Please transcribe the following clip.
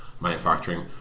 manufacturing